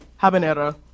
Habanera